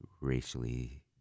racially